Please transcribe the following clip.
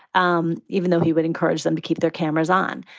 um even though he would encourage them to keep their cameras on.